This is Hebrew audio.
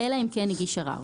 אלא אם כן הגיש ערר.